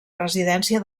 residència